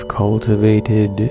cultivated